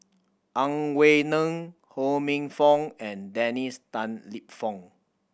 Ang Wei Neng Ho Minfong and Dennis Tan Lip Fong